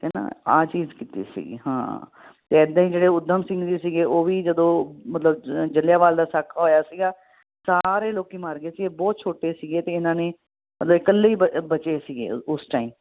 ਠੀਕ ਹੈ ਨਾ ਆਹ ਚੀਜ਼ ਕੀਤੀ ਸੀਗੀ ਹਾਂ ਅਤੇ ਇੱਦਾਂ ਹੀ ਜਿਹੜੇ ਉਧਮ ਸਿੰਘ ਵੀ ਸੀਗੇ ਉਹ ਵੀ ਜਦੋਂ ਮਤਲਬ ਜ਼ਲ੍ਹਿਆਂਵਾਲਾ ਦਾ ਸਾਕਾ ਹੋਇਆ ਸੀਗਾ ਸਾਰੇ ਲੋਕ ਮਰ ਗਏ ਸੀ ਇਹ ਬਹੁਤ ਛੋਟੇ ਸੀਗੇ ਅਤੇ ਇਹਨਾਂ ਨੇ ਮਤਲਬ ਇਕੱਲੇ ਹੀ ਬ ਬਚੇ ਸੀਗੇ ਉਸ ਟਾਈਮ